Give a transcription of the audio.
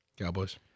Cowboys